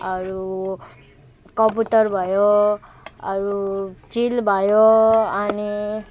अरू कबुतर भयो अरू चिल भयो अनि